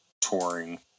touring